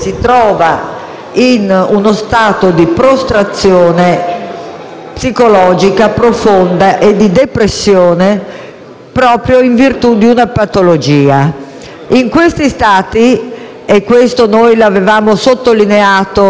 psicologica profonda e depressione proprio in virtù di una patologia. Questo aspetto l'avevamo già sottolineato nella legge n. 38 del 2010 sulle cure palliative,